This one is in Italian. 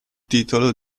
titolo